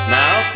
now